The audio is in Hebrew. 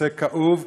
נושא כאוב,